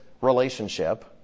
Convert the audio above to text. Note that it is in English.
relationship